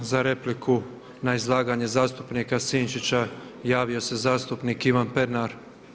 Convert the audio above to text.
Za repliku na izlaganje zastupnika Sinčića javio se zastupnik Ivan Pernar.